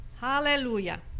Hallelujah